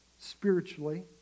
spiritually